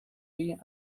being